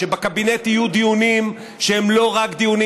שבקבינט יהיו דיונים שהם לא רק דיונים